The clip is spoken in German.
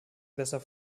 besser